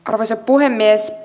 arvoisa puhemies